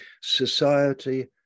society